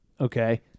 okay